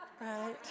Right